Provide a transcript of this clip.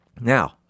Now